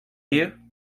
you